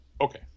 Okay